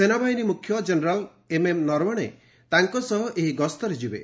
ସେନାବାହିନୀ ମୁଖ୍ୟ general M M Naravane ତାଙ୍କ ସହ ଏହି ଗସ୍ତରେ ଯିବେ